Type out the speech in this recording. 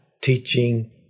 teaching